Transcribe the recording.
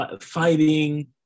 Fighting